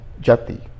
jati